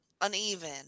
uneven